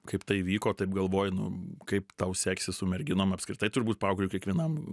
kaip tai įvyko taip galvoju nu kaip tau seksis su merginom apskritai turbūt paaugliui kiekvienam